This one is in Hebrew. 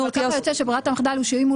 אבל ככה יוצא שברירת המחדל היא שאם הוא